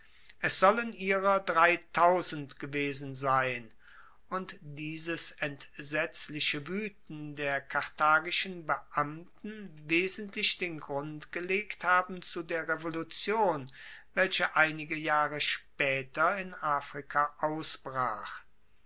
es sollen ihrer dreitausend gewesen sein und dieses entsetzliche wueten der karthagischen beamten wesentlich den grund gelegt haben zu der revolution welche einige jahre spaeter in afrika ausbrach